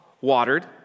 watered